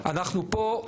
אנחנו פה,